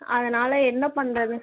அதனால் என்ன பண்ணுறது